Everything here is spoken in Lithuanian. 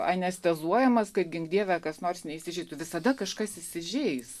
anestezuojamas kad gink dieve kas nors neįsižeistų visada kažkas įsižeis